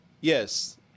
Yes